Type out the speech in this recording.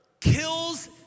kills